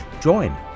join